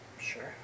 sure